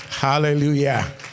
Hallelujah